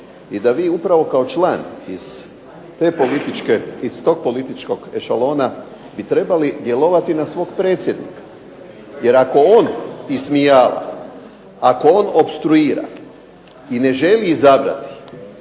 i da vi upravo kao član iz tog političkog ešalona bi trebali djelovati na svog predsjednika. Jer ako on ismijava, ako on opstruira i ne želi izabrati